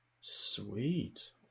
Sweet